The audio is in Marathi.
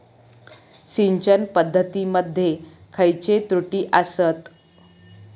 सिंचन पद्धती मध्ये खयचे त्रुटी आसत?